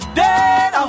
dead